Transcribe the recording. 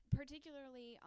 particularly